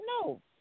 No